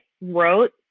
wrote